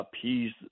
appease –